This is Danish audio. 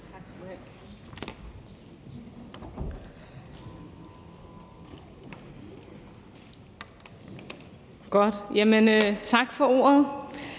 Tak for ordet.